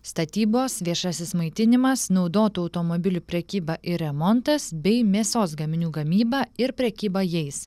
statybos viešasis maitinimas naudotų automobilių prekyba ir remontas bei mėsos gaminių gamyba ir prekyba jais